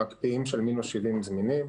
מקפיאים של מינוס 70 זמינים.